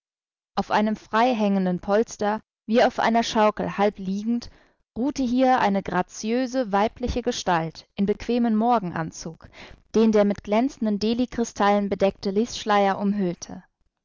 auf einem freihängenden polster wie auf einer schaukel halb liegend ruhte hier eine graziöse weibliche gestalt in bequemem morgenanzug den der mit glänzenden deli kristallen bedeckte lisschleier umhüllte